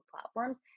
platforms